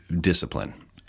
discipline